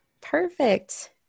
perfect